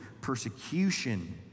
persecution